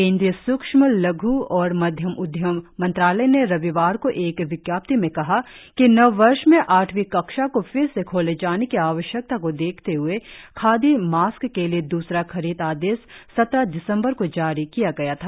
केंद्रीय सूक्ष्म लघ् और मध्यम उद्यम मंत्रालय ने रविवार को एक विज्ञप्ति में कहा कि नव वर्ष में आठवीं कक्षा को फिर से खोले जाने की आवश्यकता को देखते हए खादी मास्क के लिए द्रसरा खरीद आदेश सत्रह दिसंबर को जारी किया गया था